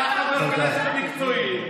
אתה חבר כנסת מקצועי,